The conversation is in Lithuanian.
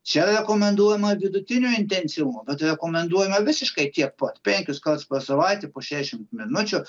čia rekomenduojama vidutinio intensyvumo bet rekomenduojama visiškai tiek pat penkis kartus per savaitę po šešiasdešimt minučių